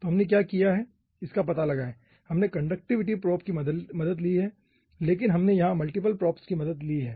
तो हमने क्या किया है इसका पता लगाएं हमने कंडक्टिविटी प्रोब की मदद ली है लेकिन हमने यहां मल्टीप्ल प्रोब्स की मदद ली है